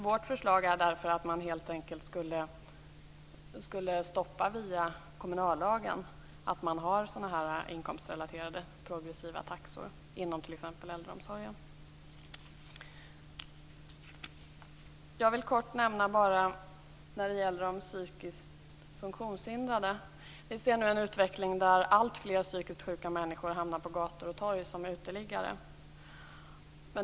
Vårt förslag är därför att sådana här inkomstrelaterade progressiva taxor inom exempelvis äldreomsorgen helt enkelt skulle stoppas med hänvisning till kommunallagen. Jag vill kort säga något om de psykiskt funktionshindrade. Alltfler psykiskt sjuka människor hamnar nu på gator och torg som uteliggare.